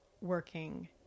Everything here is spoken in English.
working